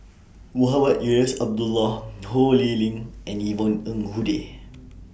Mohamed Eunos Abdullah Ho Lee Ling and Yvonne Ng Uhde